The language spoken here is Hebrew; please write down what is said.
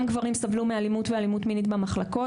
גם גברים סבלו מאלימות ואלימות מינית במחלקות,